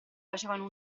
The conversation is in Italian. facevano